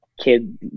kid